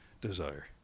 Desire